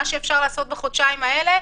מה שאפשר לעשות בחודשיים האלה,